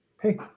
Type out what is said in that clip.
hey